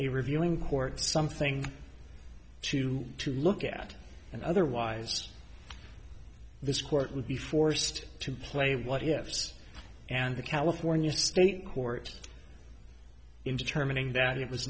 the reviewing court something to to look at and otherwise this court will be forced to play what ifs and the california state court in determining that it was